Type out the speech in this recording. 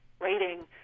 rating